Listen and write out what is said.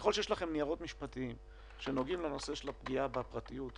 ככל שיש לכם ניירות משפטיים שנוגעים לנושא של הפגיעה בפרטיות,